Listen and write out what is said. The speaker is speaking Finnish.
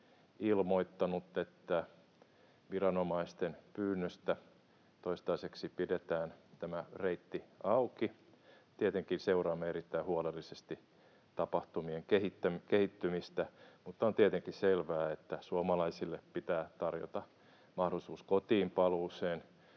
ilmoittanut, että viranomaisten pyynnöstä toistaiseksi pidetään tämä reitti auki. Tietenkin seuraamme erittäin huolellisesti tapahtumien kehittymistä, mutta on tietenkin selvää, että suomalaisille pitää tarjota mahdollisuus kotiinpaluuseen.